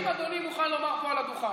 האם אדוני מוכן לומר פה על הדוכן,